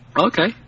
Okay